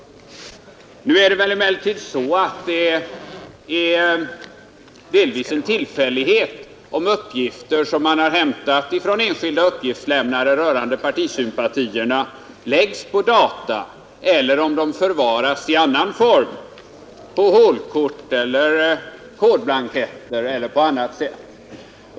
Nu är det emellertid så, att det delvis är en tillfällighet om uppgifter som har hämtats från enskilda uppgiftslämnare rörande partisympatierna läggs på data eller om de förvaras i någon annan form: på hålkort eller blanketter eller på annat sätt.